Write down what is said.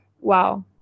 wow